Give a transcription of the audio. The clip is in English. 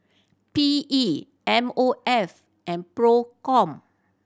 P E M O F and Procom